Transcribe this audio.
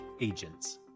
agents